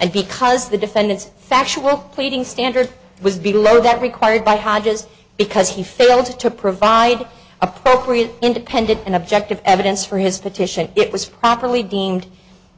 and because the defendant's factual pleading standard was below that required by hodges because he failed to provide appropriate independent and objective evidence for his petition it was properly deemed